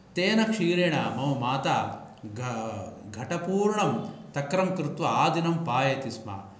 तेन क्षीरेण मम माता घ घटपूर्णं तक्रं कृत्वा आदिनं पाययति स्म